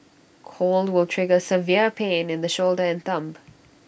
cold will trigger severe pain in the shoulder and thumb